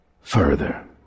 further